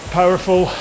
powerful